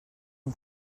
une